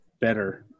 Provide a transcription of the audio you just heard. better